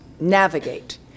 navigate